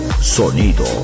sonido